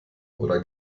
oder